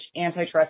antitrust